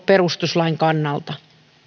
perustuslain kannalta